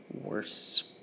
worse